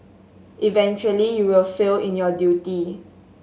eventually you will fail in your duty